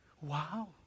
Wow